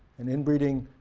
and inbreeding